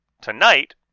tonight